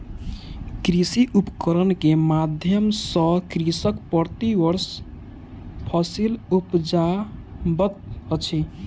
कृषि उपकरण के माध्यम सॅ कृषक प्रति वर्ष फसिल उपजाबैत अछि